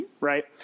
right